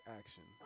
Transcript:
action